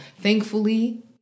Thankfully